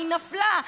היא נפלה,